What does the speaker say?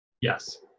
Yes